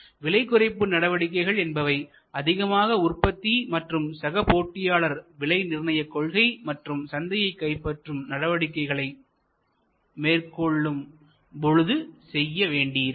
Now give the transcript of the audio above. விலை குறைப்பு நடவடிக்கைகள் என்பவை அதிகமான உற்பத்தி மற்றும் சக போட்டியாளர்கள் விலை நிர்ணயக் கொள்கை மற்றும் சந்தையை கைப்பற்றும் நடவடிக்கைகளை மேற்கொள்ளும் பொழுது செய்யவேண்டியிருக்கும்